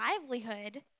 livelihood